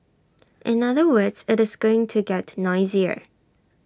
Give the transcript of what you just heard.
in other words IT is going to get noisier